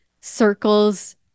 circles